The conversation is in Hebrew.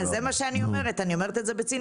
אני אומרת את זה בציניות.